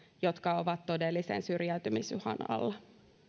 jotka ovat todellisen syrjäytymisuhan alla